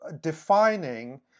defining